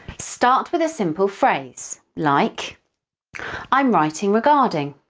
start with a simple phrase, like i'm writing regarding,